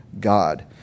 God